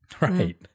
right